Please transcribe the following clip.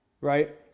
right